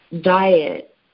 diet